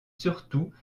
surtout